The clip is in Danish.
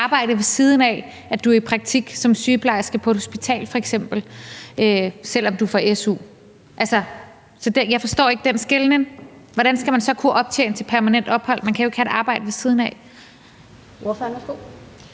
arbejde, ved siden af at du f.eks. er i praktik som sygeplejerske på et hospital, selv om du får su, så jeg forstår ikke den skelnen. Hvordan skal man så kunne optjene til permanent ophold? Man kan jo ikke have et arbejde ved siden af. Kl. 15:09 Den